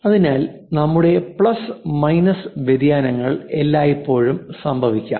അതിനാൽ നമ്മുടെ plus minus വ്യത്യാസങ്ങൾ എല്ലായ്പ്പോഴും സംഭവിക്കാം